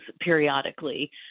periodically